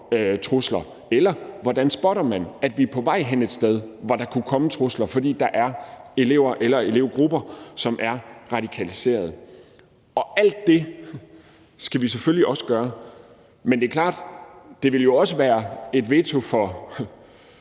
trusler? Hvordan spotter man, at vi er på vej hen et sted, hvor der kunne komme trusler, fordi der er elever eller elevgrupper, som er radikaliserede? Alt det skal vi selvfølgelig også gøre. Men det er klart, at det jo også ville være et veto for